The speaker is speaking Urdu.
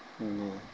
جی